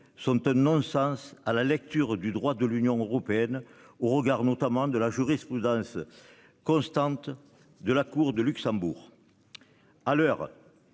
sont un non-sens à la lecture du droit de l'Union européenne au regard notamment de la jurisprudence. Constante de la Cour de Luxembourg.